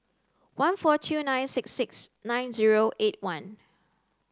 one four two nine six six nine zero eight one